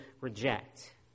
reject